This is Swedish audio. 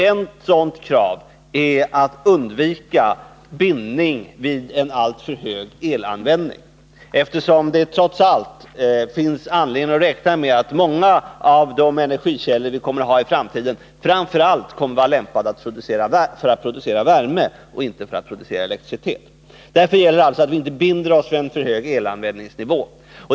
Ett sådant krav är att undvika bindning vid en alltför hög elanvändning, eftersom det trots allt finns anledning att räkna med att många av de energikällor vi kommer att ha i framtiden framför allt kommer att vara lämpade för att producera värme och inte för att producera elektricitet. Därför gäller det att vi inte binder oss för en för hög elanvändningsnivå.